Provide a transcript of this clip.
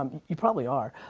um you probably are.